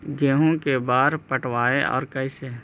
गेहूं के बार पटैबए और कैसे?